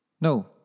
No